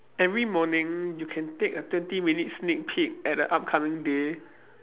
every morning you can take a twenty minutes sneak peek at the upcoming day